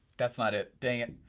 that's not it, dang it,